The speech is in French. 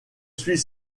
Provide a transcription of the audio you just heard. suis